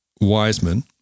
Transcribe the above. Wiseman